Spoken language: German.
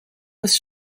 des